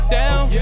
down